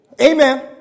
Amen